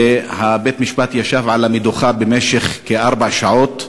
ובית-המשפט ישב על המדוכה במשך כארבע שעות.